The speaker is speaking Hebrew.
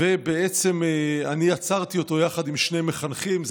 ואני עצרתי אותו, יחד עם שני מחנכים.